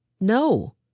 No